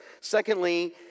Secondly